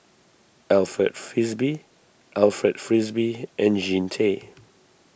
Alfred Frisby Alfred Frisby and Jean Tay